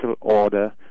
order